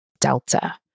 Delta